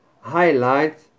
highlight